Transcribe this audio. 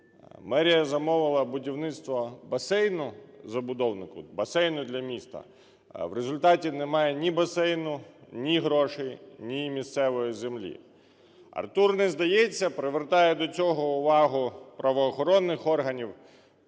басейну забудовнику, басейну для міста. В результаті немає ні басейну, ні грошей, ні місцевої землі. Артур не здається, привертає до цього увагу правоохоронних органів,